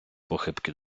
похибки